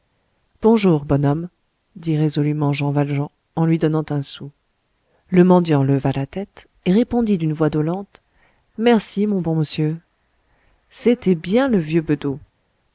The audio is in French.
bonjour bonhomme dit résolument jean valjean en lui donnant un sou le mendiant leva la tête et répondit d'une voix dolente merci mon bon monsieur c'était bien le vieux bedeau